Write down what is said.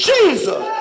Jesus